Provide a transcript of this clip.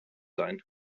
sein